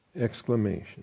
exclamation